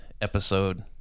episode